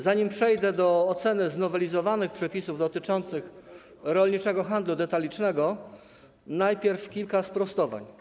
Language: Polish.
Zanim przejdę do oceny znowelizowanych przepisów dotyczących rolniczego handlu detalicznego, najpierw kilka sprostowań.